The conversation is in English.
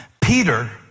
Peter